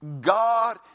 God